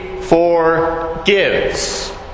Forgives